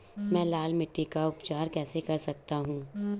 मैं लाल मिट्टी का उपचार कैसे कर सकता हूँ?